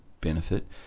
benefit